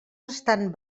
estan